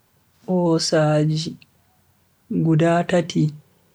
Bosaaji guda tati